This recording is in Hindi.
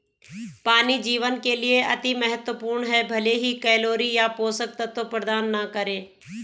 पानी जीवन के लिए अति महत्वपूर्ण है भले ही कैलोरी या पोषक तत्व प्रदान न करे